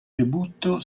debutto